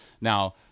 Now